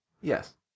Yes